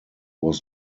was